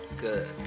Good